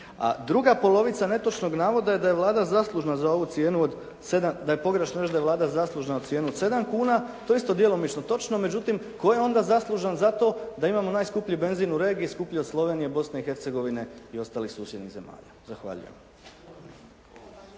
od 7, da je pogrešno reći da je Vlada zaslužna za cijenu od 7 kuna. To je isto djelomično točno, međutim tko je onda zaslužan za to da imamo najskuplji benzin u regiji, skuplji od Slovenije, Bosne i Hercegovine i ostalih susjednih zemalja. Zahvaljujem.